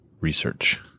Research